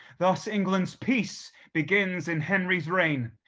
thus england's peace begins in henry's reign,